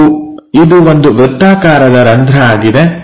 ಮತ್ತು ಇದು ಒಂದು ವೃತ್ತಾಕಾರದ ತೂತು ಆಗಿದೆ